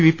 V P